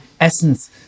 essence